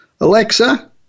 Alexa